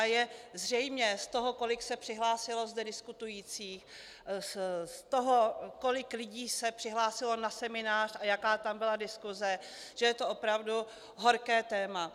Je zřejmé z toho, kolik se zde přihlásilo diskutujících, z toho, kolik lidí se přihlásilo na seminář a jaká tam byla diskuse, že je to opravdu horké téma.